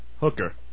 Hooker